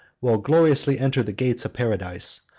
will gloriously enter the gates of paradise,